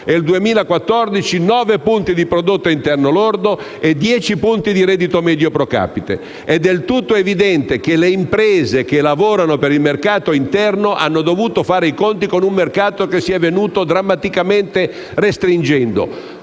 il 2014, 9 punti di prodotto interno lordo e 10 punti di reddito medio *procapite*. È del tutto evidente che le imprese che lavorano per il mercato interno hanno dovuto fare i conti con un mercato che si è venuto drammaticamente restringendo.